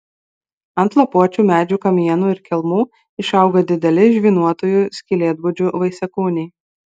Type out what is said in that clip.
ant lapuočių medžių kamienų ir kelmų išauga dideli žvynuotųjų skylėtbudžių vaisiakūniai